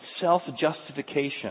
self-justification